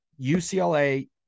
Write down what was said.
UCLA